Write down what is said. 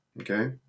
okay